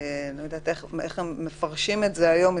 אני לא יודעת איך מפרשים את זה היום.